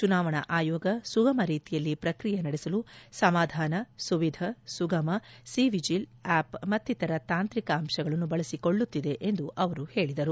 ಚುನಾವಣಾ ಆಯೋಗ ಸುಗಮ ರೀತಿಯಲ್ಲಿ ಪ್ರಕ್ರಿಯೆ ನಡೆಸಲು Samadhan Suvidha Sugam C vigil app ಮತ್ತಿತರ ತಾಂತ್ರಿಕ ಅಂಶಗಳನ್ನು ಬಳಸಿಕೊಳ್ಳುತ್ತಿದೆ ಎಂದು ಅವರು ಹೇಳಿದರು